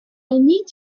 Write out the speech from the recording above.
need